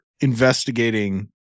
investigating